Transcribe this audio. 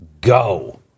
Go